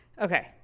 Okay